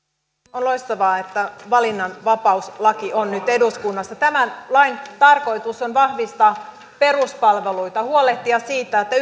on loistavaa että valinnanvapauslaki on nyt eduskunnassa tämän lain tarkoitus on vahvistaa peruspalveluita huolehtia siitä että